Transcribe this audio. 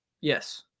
Yes